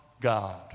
God